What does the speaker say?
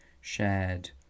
shared